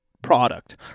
product